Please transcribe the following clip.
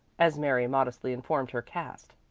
as mary modestly informed her caste.